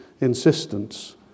insistence